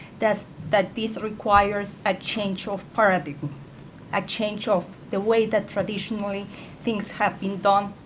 that that this requires a change of priority, a change of the way that traditionally things have been done,